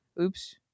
Oops